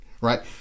right